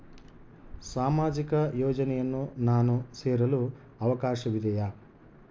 ಸಾಮಾಜಿಕ ಯೋಜನೆಯನ್ನು ನಾನು ಸೇರಲು ಅವಕಾಶವಿದೆಯಾ?